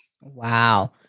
Wow